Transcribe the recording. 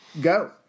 Go